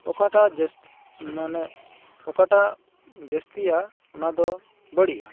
ᱚᱠᱟᱴᱟᱜ ᱡᱟᱹᱥᱛᱤ ᱢᱟᱱᱮ ᱚᱠᱟᱴᱟᱜ ᱡᱟᱹᱥᱛᱤᱭᱟ ᱚᱱᱟᱫᱚ ᱵᱟᱹᱲᱤᱡᱟᱜ